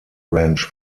ranch